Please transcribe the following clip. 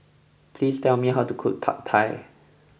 please tell me how to cook Pad Thai